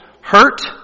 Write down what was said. hurt